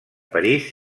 parís